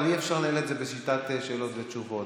אבל אי-אפשר לנהל את זה בשיטת שאלות ותשובות.